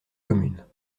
communes